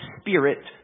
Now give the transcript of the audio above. spirit